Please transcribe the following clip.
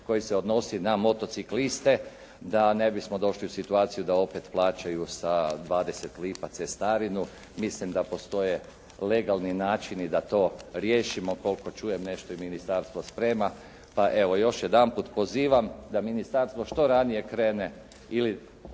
koji se odnosi na motocikliste da ne bismo došli u situaciju da opet plaćaju sa 20 lipa cestarinu. Mislim da postoje legalni načini da to riješimo, koliko čujem nešto i ministarstvo sprema, pa evo još jedanput pozivam da ministarstvo što ranije krene ili